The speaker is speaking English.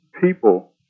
people